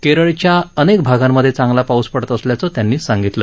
केरळच्या अनेक भागांमध्ये चांगला पाऊस पडत असल्याचं त्यांनी सांगितलं